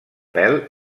pèl